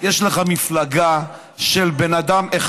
יש לך מפלגה של בן אדם אחד,